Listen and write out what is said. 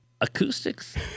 Acoustics